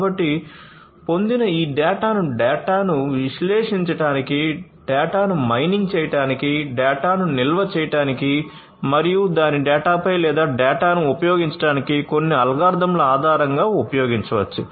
కాబట్టి పొందిన ఈ డేటాను డేటాను విశ్లేషించడానికి డేటాను మైనింగ్ చేయడానికి డేటాను నిల్వ చేయడానికి మరియు దాని డేటాపై లేదా డేటాను ఉపయోగించటానికి కొన్ని అల్గోరిథంల ఆధారంగా ఉపయోగించవచ్చు